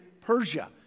Persia